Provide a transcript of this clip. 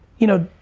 you know,